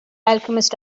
alchemist